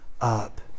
up